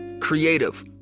creative